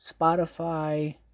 Spotify